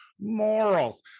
morals